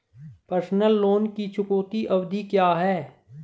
Personal loan की चुकौती अवधि क्या है?